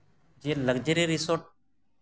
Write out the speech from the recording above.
ᱡᱮ ᱞᱟᱠᱡᱟᱨᱤ ᱨᱤᱥᱚᱨᱴ